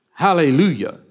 Hallelujah